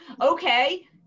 okay